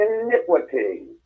iniquity